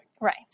Right